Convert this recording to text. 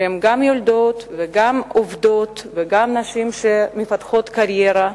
שהן גם יולדות וגם עובדות וגם מפתחות קריירה,